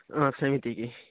ହଁ ସେମିତିକି